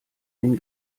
den